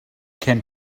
can